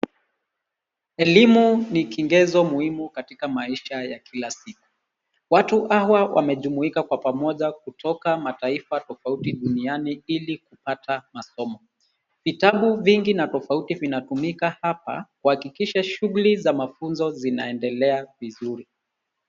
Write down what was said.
Elimu ni kigezo muhimu katika maisha ya kila siku. Watu hawa wamejumuika kwa pamoja kutoka mataifa tofauti duniani ili kupata masomo. Vitabu vingi na tofauti vinatumika hapa kuhakikisha shughuli za mafunzo zinaendelea vizuri.